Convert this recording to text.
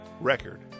record